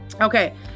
Okay